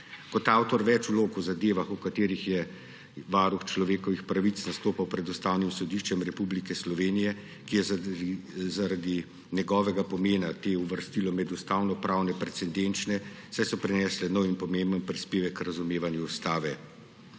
Kot avtor več vlog v zadevah, o katerih je varuha človekovih pravic zastopal pred Ustavnim sodiščem Republike Slovenije, ki je zaradi njegovega pomena te uvrstilo med ustavnopravne, precedenčne, saj so prinesle nov in pomemben prispevek k razumevanju ustave.